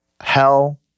hell